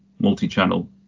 multi-channel